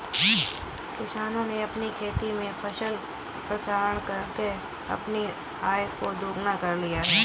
किसानों ने अपनी खेती में फसल प्रसंस्करण करके अपनी आय को दुगना कर लिया है